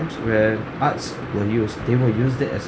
where arts were used they were used it as